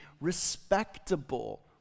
respectable